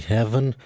Heaven